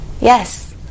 Yes